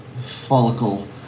follicle